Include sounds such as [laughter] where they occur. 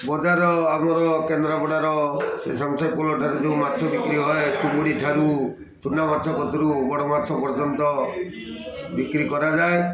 ବଜାର ଆମର କେନ୍ଦ୍ରାପଡ଼ାର ସେ [unintelligible] ଠାରୁ ଯେଉଁ ମାଛ ବିକ୍ରି ହୁଏ ଚିଙ୍ଗୁଡ଼ି ଠାରୁ ଚୁନା ମାଛ କତୁରୁ ବଡ଼ ମାଛ ପର୍ଯ୍ୟନ୍ତ ବିକ୍ରି କରାଯାଏ